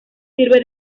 sirve